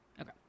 Okay